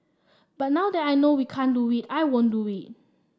but now that I know we can't do it I won't do it